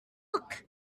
look